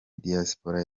diaspora